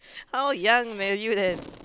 how young were you then